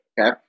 okay